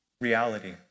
reality